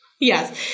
Yes